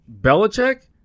Belichick